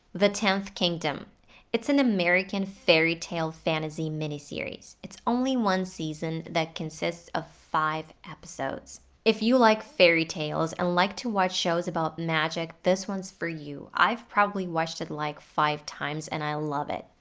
the tenth kingdom is an american fairytale fantasy mini-series. it's only one season that consists of five episodes. if you like fairytales and like to watch shows about magic, this one is for you. i've probably watched it like five times. and i love it.